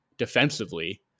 defensively